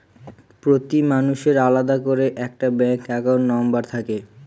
প্রতি মানুষের আলাদা করে একটা ব্যাঙ্ক একাউন্ট নম্বর থাকে